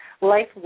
Life